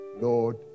Lord